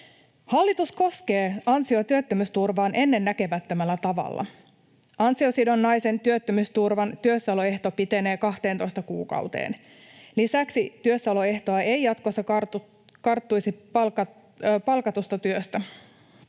Hallitus koskee ansio- ja työttömyysturvaan ennennäkemättömällä tavalla. Ansiosidonnaisen työttömyysturvan työssäoloehto pitenee 12 kuukauteen. Lisäksi työssäoloehtoa ei jatkossa karttuisi palkkatuetusta työstä.